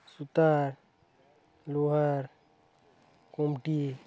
सुतार लोहार कोमटी